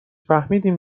فهمیدم